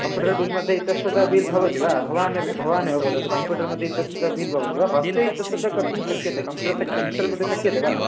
computer बिल्मध्ये इतस्ततः bill भवति वा भवान् भवान् एव वदतु काम्प्यूटर्मध्ये इतस्ततः बिल् भवति वा हस्ते तु इतस्ततः कर्तुं शक्यते कम्प्यूटर् सक् कम्प्यूटर्मध्ये शक्यते वा